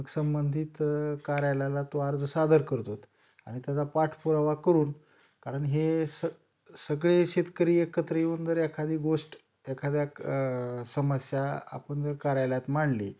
मग संंबंधित कार्यालयाला तो अर्ज सादर करतो आणि त्याचा पाठपुरावा करून कारण हे स सगळे शेतकरी एकत्र येऊन जर एखादी गोष्ट एखाद्या समस्या आपण जर कार्यालयात मांडली